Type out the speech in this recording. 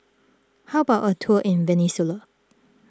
how about a tour in Venezuela